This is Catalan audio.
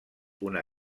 una